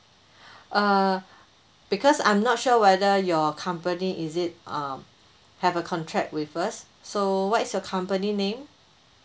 uh because I'm not sure whether your company is it uh have a contract with us so what is your company name